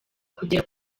kugera